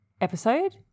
episode